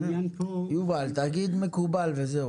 תגיד מקובל וזהו.